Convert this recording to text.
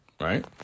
right